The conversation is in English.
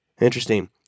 Interesting